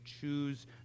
choose